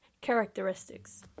characteristics